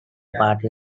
party